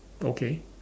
okay